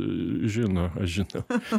žino aš žinau